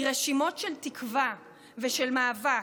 היא רשימות של תקווה ושל מאבק.